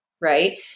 right